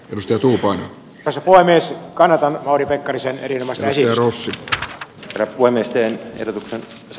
rustotuffa tässä vaiheessa kannatamme oli pekkarisen ilmaisversiosuus ja voimisteli hirmut